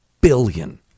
billion